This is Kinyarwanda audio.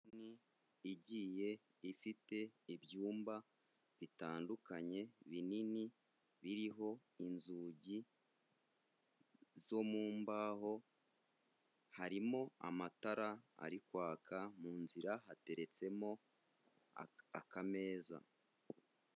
Inzu igiye ifite ibyumba bitandukanye binini biriho inzugi zo mu mbaho, harimo amatara ari kwaka, mu nzira hateretsemo akameza.